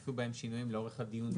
שנעשו בהם שינויים לאורך הדיונים.